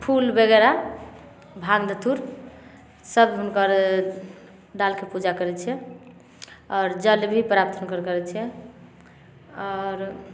फूल वगेरह भाँग धथुर सब हुनकर डालिके पूजा करय छियै आओर जल भी प्राप्त हुनकर करय छियै आओर